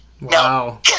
Wow